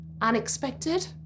Unexpected